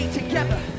together